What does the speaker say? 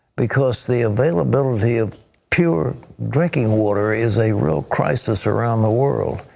because the availability of pure drinking water is a real crisis around the world.